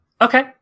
Okay